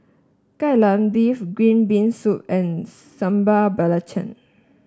Kai Lan Beef Green Bean Soup and Sambal Belacan